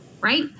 right